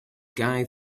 guy